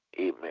Amen